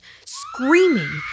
Screaming